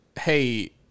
hey